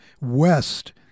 West